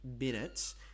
minutes